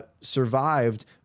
survived